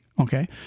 okay